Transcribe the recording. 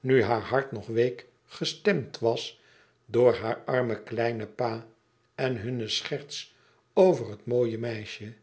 nu haar hart nog week gestemd was door haar armen kleinen pa en hunne scherts over het mooie meisje